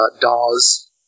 DAWs